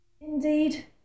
Indeed